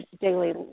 daily